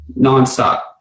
nonstop